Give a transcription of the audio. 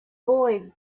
boy